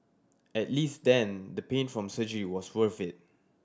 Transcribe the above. at least then the pain from surgery was worth it